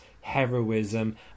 heroism